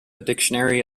dictionary